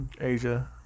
Asia